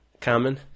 common